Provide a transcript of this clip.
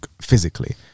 physically